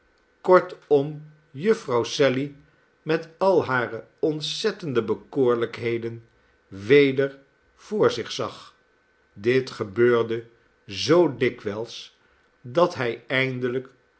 kortom jufvrouw sally met al hare ontzettende bekoorlijkheden weder voor zich zag dit gebeurde zoo dikwijls dat hij eindelijk